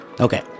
Okay